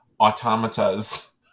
automatas